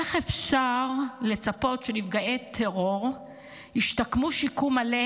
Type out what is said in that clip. איך אפשר לצפות שנפגעי הטרור ישתקמו שיקום מלא